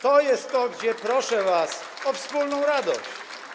To jest to, kiedy proszę was o wspólną radość.